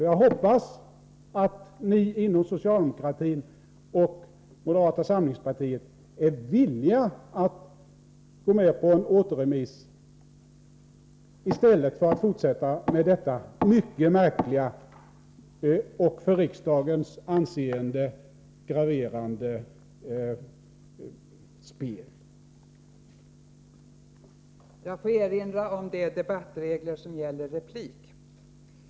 Jag hoppas att ni inom socialdemokratin och moderata samlingspartiet är villiga att gå med på en återremiss i stället för att fortsätta med detta mycket märkliga och för riksdagens anseende graverande spel.